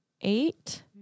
Eight